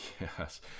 yes